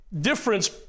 difference